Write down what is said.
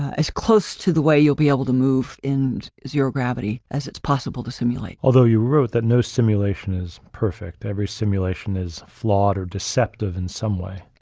as close to the way you'll be able to move in zero gravity as it's possible to simulate. although you wrote that no simulation is perfect. every simulation is flawed or deceptive in some way.